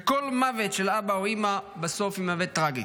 וכל מוות של אבא או אימא בסוף הוא מוות טרגי.